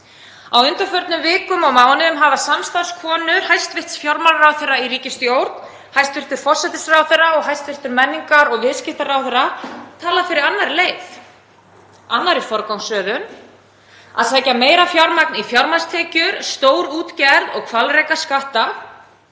Á undanförnum vikum og mánuðum hafa samstarfskonur hæstv. fjármálaráðherra í ríkisstjórn, hæstv. forsætisráðherra og hæstv. menningar- og viðskiptaráðherra, talað fyrir annarri leið, annarri forgangsröðun, að sækja meira fjármagn í fjármagnstekjur, stórútgerð og hvalrekaskatta.